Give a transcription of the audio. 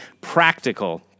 practical